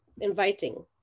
inviting